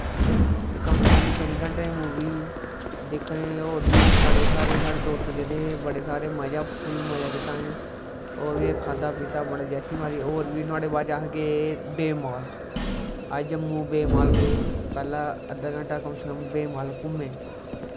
कम्म से कम्म तिन्न घैंटे दी मूवी ही दिक्खने गी होर बी बड़े सारे साढ़े दोस्त गेदे हे बड़े सारे मज़ा फुल्ल मज़ा कीता असैं होर बी खद्धा पीता होर बी जैश्सी मारी होर बी नोहाड़े बाद अस गे बेबमॉल अस जम्मू बेबमाल गे कम से कम अद्धा घैंटा बेबमाल घूमे